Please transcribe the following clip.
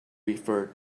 referred